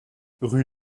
rue